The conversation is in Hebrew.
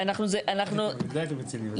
לא הייתם רציניים.